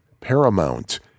Paramount